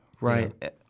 Right